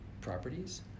properties